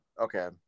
Okay